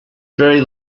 very